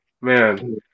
Man